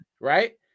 right